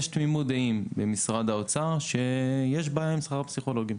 יש תמימות דעים במשרד האוצר שיש בעיה עם שכר הפסיכולוגים.